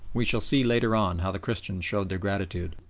we shall see later on how the christians showed their gratitude.